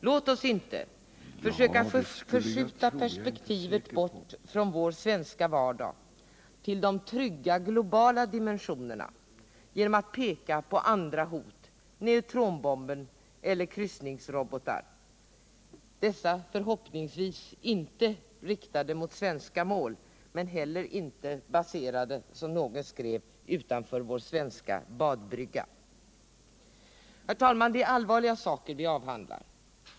Låt oss inte förskjuta perspektivet bort från vår svenska vardag till de trygga globala dimensionerna genom att peka på andra hot: neutronbomben eller kryssningsrobotar — förhoppningsvis inte riktade mot svenska mål men heller inte baserade, som någon skrev, utanför vår svenska badbrygga. Herr talman! Det är allvarliga saker vi avhandlar.